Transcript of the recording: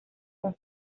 con